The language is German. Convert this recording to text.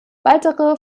weitere